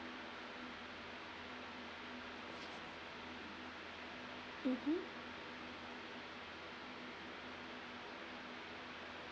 mmhmm